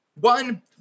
One